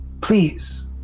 Please